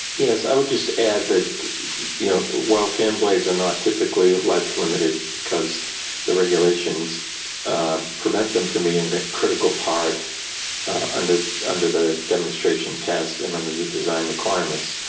yes, i would just add that you know while fan blades are not typically life limited because the regulations prevent them from being a critical part under under the demonstration test and under the design requirements.